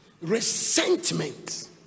resentment